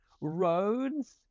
Roads